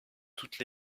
toutes